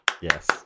Yes